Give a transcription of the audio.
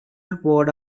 போட